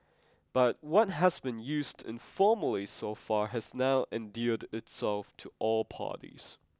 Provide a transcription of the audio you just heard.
but what has been used informally so far has now endeared itself to all parties